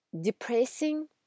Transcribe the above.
depressing